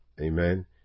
Amen